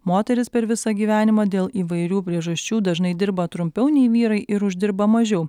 moteris per visą gyvenimą dėl įvairių priežasčių dažnai dirba trumpiau nei vyrai ir uždirba mažiau